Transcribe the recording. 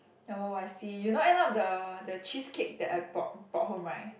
oh I see you know end up the the cheesecake that I bought bought home right